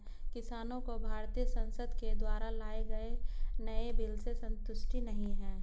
किसानों को भारतीय संसद के द्वारा लाए गए नए बिल से संतुष्टि नहीं है